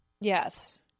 Yes